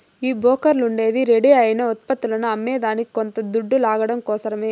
ఈ బోకర్లుండేదే రెడీ అయిన ఉత్పత్తులని అమ్మేదానికి కొంత దొడ్డు లాగడం కోసరమే